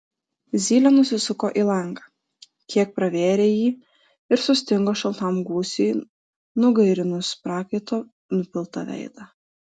zylė nusisuko į langą kiek pravėrė jį ir sustingo šaltam gūsiui nugairinus prakaito nupiltą veidą